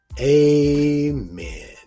Amen